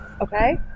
okay